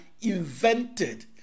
invented